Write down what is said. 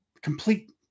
complete